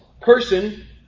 Person